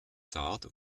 zart